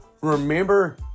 Remember